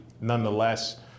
nonetheless